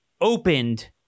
opened